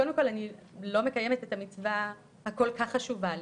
קודם כל אני לא מקיימת את המצווה הכל כך חשובה לי.